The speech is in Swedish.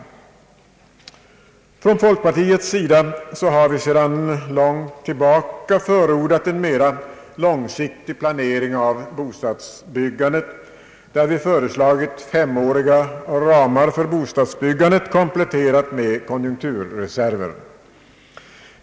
Från folkpartiets sida har vi sedan länge förordat en mera långsiktig planering av bostadsbyggandet. Vi har föreslagit femåriga ramar, kompletterade med konjunkturreserver.